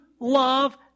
love